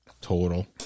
total